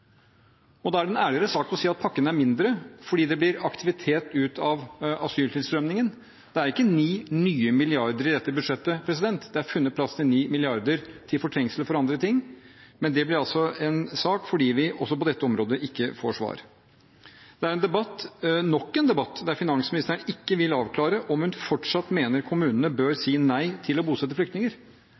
pakken. Da er det en ærligere sak å si at pakken er mindre fordi det blir aktivitet ut av asyltilstrømmingen. Det er ikke ni nye milliarder kroner i dette budsjettet. Det er funnet plass til ni milliarder kroner til fortrengsel for andre ting. Men det ble en sak fordi vi også på dette området ikke får svar. Dette er nok en debatt der finansministeren ikke vil avklare om hun fortsatt mener at kommunene bør si nei til å bosette flyktninger.